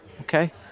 Okay